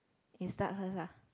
you start first ah